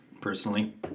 personally